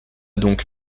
donc